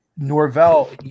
Norvell